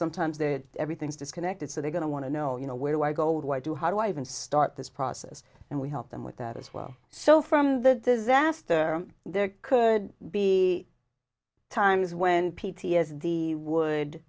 sometimes that everything's disconnected so they're going to want to know you know where do i go why do how do i even start this process and we help them with that as well so from the disaster there could be times when